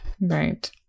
right